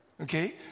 Okay